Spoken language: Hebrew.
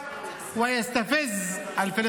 וכרגע היא הפכה,